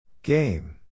Game